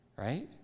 Right